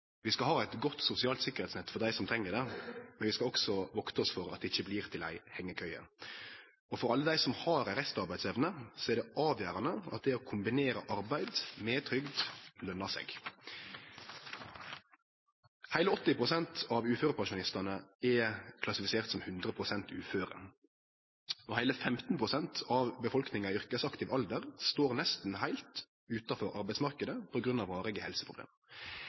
Vi skal ha eit godt sosialt sikkerheitsnett for dei som treng det, og vi skal akte oss for at det blir til ei hengjekøye. Og for alle dei som har ei restarbeidsevne, er det avgjerande at det å kombinere arbeid med trygd lønner seg. Heile 80 pst. av uførepensjonistane er klassifiserte som 100 pst. uføre, og heile 15 pst. av befolkninga i yrkesaktiv alder står nesten heilt utanfor arbeidsmarknaden på grunn av varige helseproblem.